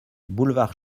boulevard